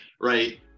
right